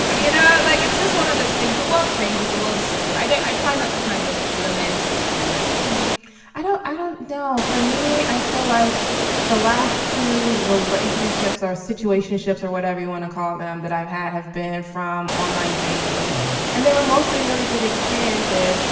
you know like it's just one of those things the world changes the world is different i don't i try not to kind of lumens it either way i don't i don't now for me i feel like the last two relationships are situations ships or whatever you want to call them that i've had have been from online dating and they were mostly really good experiences.